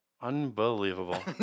Unbelievable